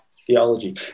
theology